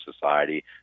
society